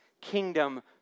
kingdom